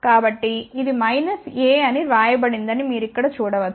కాబట్టి ఇది minus A అని వ్రాయబడిందని మీరు ఇక్కడ చూడవచ్చు